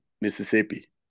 Mississippi